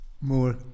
More